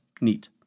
Neat